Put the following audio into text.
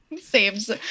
saves